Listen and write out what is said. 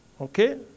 Okay